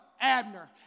Abner